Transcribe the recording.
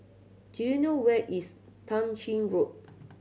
do you know where is Tah Ching Road